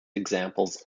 examples